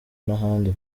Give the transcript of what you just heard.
n’ahandi